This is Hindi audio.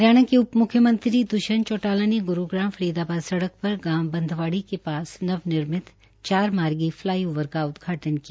हरियाणा के उप मुख्यमंत्री द्वष्यंत चौटाला ने ग्रूग्राम फरीदाबाद सड़क पर गांव बंधबाडी के पास नवनिर्मित चार मार्गी फलाईओवार का उदघाटन किया